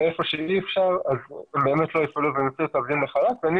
ואיפה שאי אפשר אז הם באמת לא יפעלו ויוציאו את העובדים לחל"ת ואני